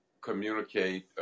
communicate